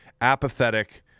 apathetic